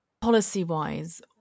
Policy-wise